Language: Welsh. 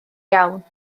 iawn